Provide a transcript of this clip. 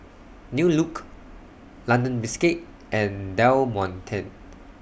New Look London Biscuits and Del Monte